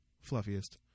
fluffiest